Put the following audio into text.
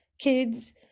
kids